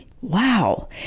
Wow